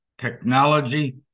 technology